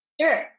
Sure